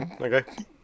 Okay